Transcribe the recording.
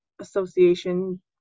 Association